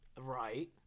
Right